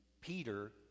Peter